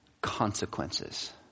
consequences